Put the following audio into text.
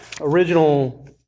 original